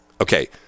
okay